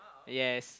yes